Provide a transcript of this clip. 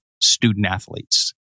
student-athletes